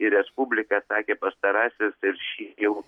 į respubliką sakė pastarasis ir šį jau